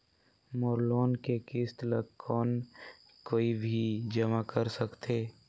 मोर loan के किस्त ल कौन कोई भी जमा कर सकथे?